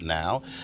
now